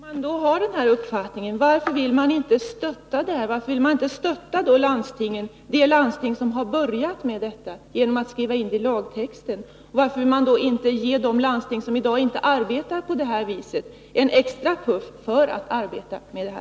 Herr talman! Om man har denna uppfattning, varför vill man då inte stötta de landsting som har börjat med sådana undersökningar genom att skriva in det i lagtexten? Varför vill man inte ge de landsting som inte arbetar på det här viset en extra puff för att få dem att arbeta med detta?